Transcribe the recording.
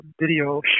video